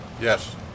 Yes